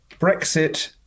Brexit